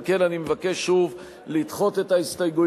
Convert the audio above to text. על כן אני מבקש שוב לדחות את ההסתייגויות